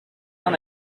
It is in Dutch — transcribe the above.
van